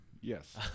Yes